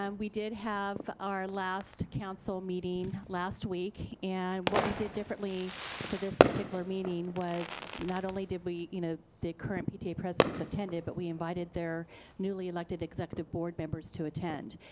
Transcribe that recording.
um we did have our last council meeting last week. and what we did differently for this particular meeting was not only did we, you know the current pta presidents attended, but we invited their newly elected executive board members to attend.